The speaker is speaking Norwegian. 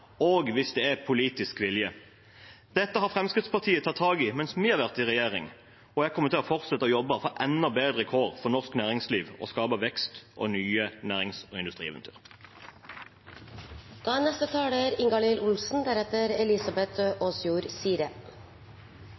og offentlige reguleringer, og hvis det er politisk vilje. Dette har Fremskrittspartiet tatt tak i mens vi har vært i regjering, og vi kommer til å fortsette å jobbe for enda bedre kår for norsk næringsliv og skape vekst og nye nærings- og industrieventyr. Et av Arbeiderpartiets stolte slagord er